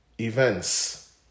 events